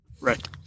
Right